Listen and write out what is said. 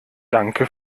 danke